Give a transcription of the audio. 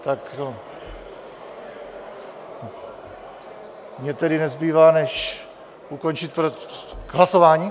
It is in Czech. Tak mně tedy nezbývá než ukončit... k hlasování?